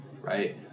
right